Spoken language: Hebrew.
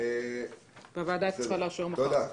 הוועדה צריכה לאשר מחר.